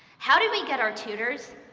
how do we get our tutors?